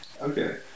Okay